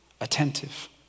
attentive